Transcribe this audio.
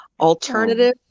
alternative